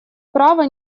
право